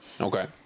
Okay